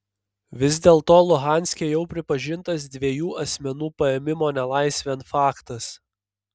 vis dėlto luhanske jau pripažintas dviejų asmenų paėmimo nelaisvėn faktas